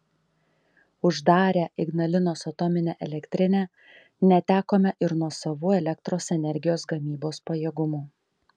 uždarę ignalinos atominę elektrinę netekome ir nuosavų elektros energijos gamybos pajėgumų